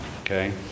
Okay